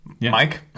Mike